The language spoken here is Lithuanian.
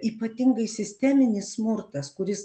ypatingai sisteminis smurtas kuris